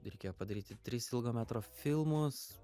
reikėjo padaryti tris ilgo metro filmus